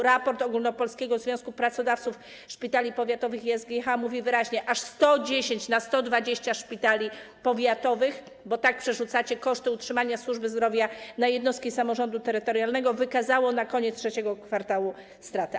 Raport Ogólnopolskiego Związku Pracodawców Szpitali Powiatowych i SGH mówi wyraźnie, że aż 110 na 120 szpitali powiatowych, bo przerzucacie koszty utrzymania służby zdrowia na jednostki samorządu terytorialnego, wykazało na koniec III kwartału straty.